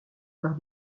par